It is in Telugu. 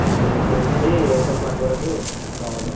ఓకే ఓకే ఎల్లుండి ఎయిట్ ఓ క్లాక్ వరకు కావాలి